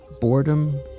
Boredom